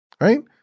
right